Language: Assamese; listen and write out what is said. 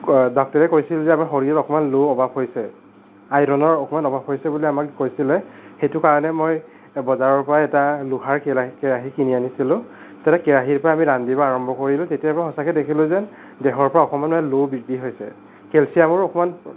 ডক্তৰে কৈছিল যে আমি শৰীৰত অকণমান লোৰ অভাৱ হৈছে আইৰনৰ অকণমান অভাৱ হৈছে বুলি আমাক কৈছিলে সেইটো কাৰণে মই বজাৰৰ পৰা এটা লোহাৰ কেৰাহী কেৰাহী কিনি আনিছিলোঁ তেনে কেৰাহীৰ পৰা আমি ৰান্ধিব আৰম্ভ কৰিলোঁ তেতিয়াৰ পৰা সঁচাকৈ দেখিলোঁ যে দেহৰ পৰা অকমানো লো বৃদ্ধি হৈছে কেলচিয়ামৰ অকণমান